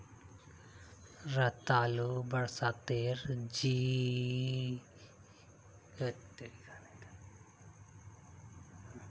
रतालू बरसातेर सीजनत खेती कराल जाने वाला फसल छिके